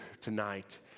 tonight